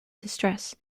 distress